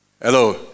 Hello